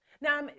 Now